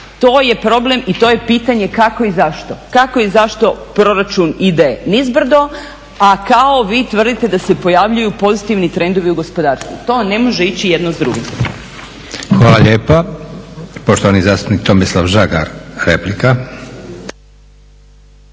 to je problem i to je pitanje kako i zašto? Kako i zašto proračun ide nizbrdo, a kao vi tvrdite da se pojavljuju pozitivni trendovi u gospodarstvu. To ne može ići jedno s drugim.